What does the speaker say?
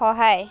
সহায়